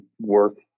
worth